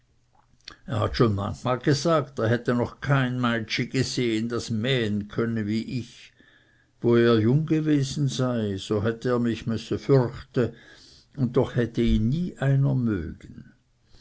er hat schon manchmal gesagt er hätte noch kein meitschi gesehen das mähen könne wie ich wo er jung gewesen sei so hätte er mich müesse förchte und doch hätte ihn nie einer mögen